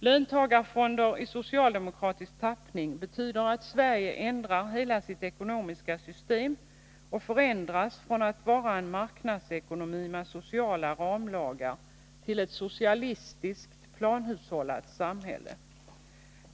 Löntagarfonder i socialdemokratisk tappning betyder att Sverige ändrar hela sitt ekonomiska system och förändras från att vara en marknadsekonomi med sociala ramlagar till att bli ett samhälle med socialistisk planhushållning.